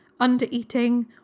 undereating